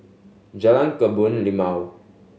Jalan Kebun Limau